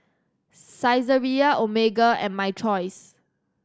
Saizeriya Omega and My Choice